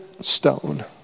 stone